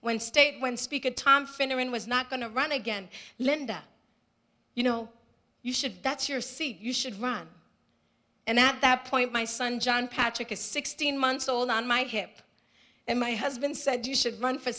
when state when speaker tom finneran was not going to run again linda you know you should that's your seat you should run and at that point my son john patrick is sixteen months old on my hip and my husband said you should run for